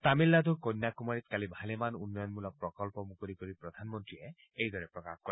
তামিলনাডুৰ কন্যাকুমাৰীত কালি ভালেমান উন্নয়নমূলক প্ৰকল্প মুকলি কৰি প্ৰধানমন্ত্ৰীয়ে এইদৰে প্ৰকাশ কৰে